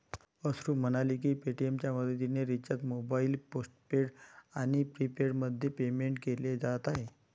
अश्रू म्हणाले की पेटीएमच्या मदतीने रिचार्ज मोबाईल पोस्टपेड आणि प्रीपेडमध्ये पेमेंट केले जात आहे